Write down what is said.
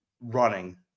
running